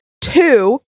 two